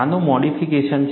આનું મોડિફિકેશન છે